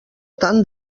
tant